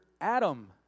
Adam